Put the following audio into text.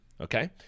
okay